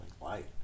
light